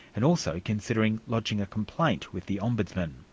and also considering lodging a complaint with the ombudsmen